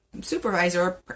supervisor